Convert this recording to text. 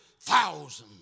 thousands